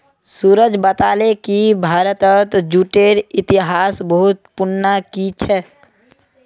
सूरज बताले कि भारतत जूटेर इतिहास बहुत पुनना कि छेक